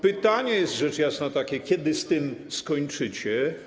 Pytanie jest, rzecz jasna, takie: Kiedy z tym skończycie?